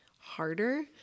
harder